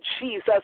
Jesus